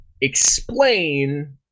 explain